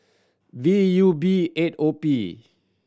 V U B eight O P